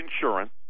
insurance